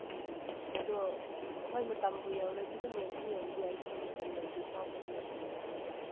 ꯎꯝ ꯑꯗꯣ ꯍꯣꯏ ꯃꯇꯝꯕꯨ ꯌꯧꯔꯗꯤ ꯑꯗꯨꯝ ꯌꯦꯟꯗꯤ ꯌꯦꯟꯕ ꯌꯥꯏ ꯑꯗꯨꯕꯨ ꯃꯇꯝ ꯌꯧꯗ꯭ꯔꯤ ꯐꯥꯎꯕꯗꯤ ꯌꯦꯜꯍꯟꯗꯕꯅꯦꯕ